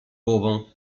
głową